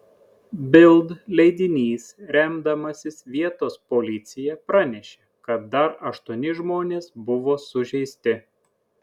bild leidinys remdamasis vietos policija pranešė kad dar aštuoni žmonės buvo sužeisti